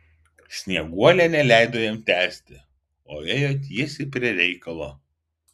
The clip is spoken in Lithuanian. snieguolė neleido jam tęsti o ėjo tiesiai prie reikalo